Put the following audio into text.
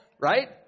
right